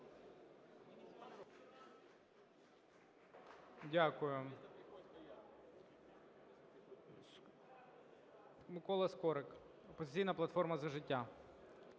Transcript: Дякую. Микола Скорик, "Опозиційна платформа – За життя".